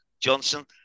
Johnson